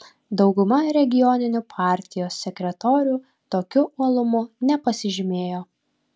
dauguma regioninių partijos sekretorių tokiu uolumu nepasižymėjo